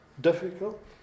difficult